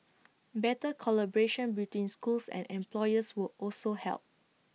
better collaboration between schools and employers would also help